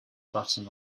button